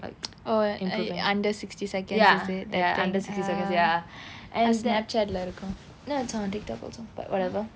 like ya under sixty seconds ya and then no it's on Tik Tok also but whatever